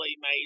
made